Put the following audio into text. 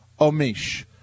Omish